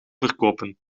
verkopen